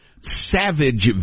Savage